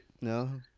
No